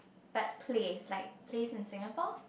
but place like place in Singapore